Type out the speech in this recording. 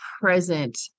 present